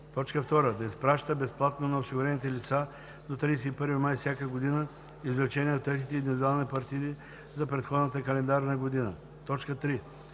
него; 2. да изпраща безплатно на осигурените лица до 31 май всяка година извлечение от техните индивидуални партиди за предходната календарна година; 3.